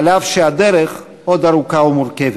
אף שהדרך עוד ארוכה ומורכבת.